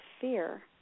fear